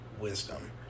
wisdom